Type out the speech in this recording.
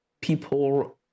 people